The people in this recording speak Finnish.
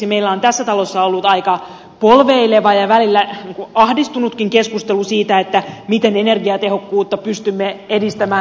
meillä on tässä talossa ollut aika polveileva ja välillä ahdistunutkin keskustelu siitä miten energiatehokkuutta pystymme edistämään